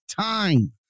time